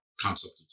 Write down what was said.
concept